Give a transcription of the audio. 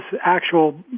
actual